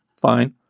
fine